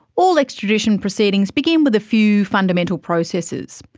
all extradition proceedings begin with a few fundamental processes.